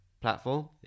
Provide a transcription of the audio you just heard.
platform